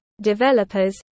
developers